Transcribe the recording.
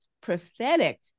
prosthetic